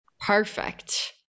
perfect